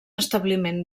establiment